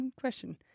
question